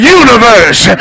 universe